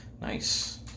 Nice